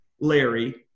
Larry